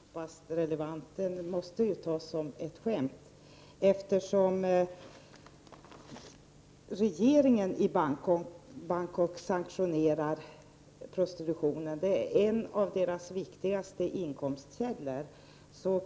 Fru talman! Jämförelsen med Bangkok är knappast relevant i det här sammanhanget. Snarare måste den väl uppfattas som ett skämt. Regeringen i Bangkok sanktionerar ju prostitutionen, som är en av de viktigaste inkomstkällorna där.